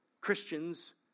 Christians